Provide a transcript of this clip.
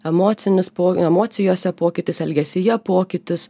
emocinis po emocijose pokytis elgesyje pokytis